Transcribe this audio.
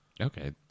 okay